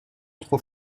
trop